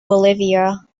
bolivia